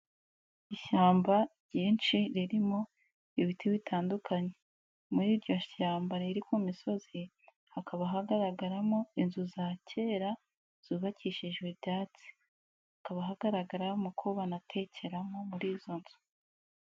Ishyamba ryinshi ririmo ibiti bitandukanye muri iryo shyamba riri ku misozi hakaba hagaragaramo inzu za kera zubakishijwe ibyatsi, hakaba hagaragaramo ko banatekeramo muri izo nzu.